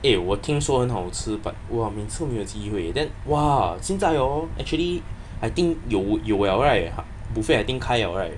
eh 我听说很好吃 but !wah! 每次没有机会 then !wah! 现在 hor actually I think 有有有 liao right 他 buffet I think 开 liao right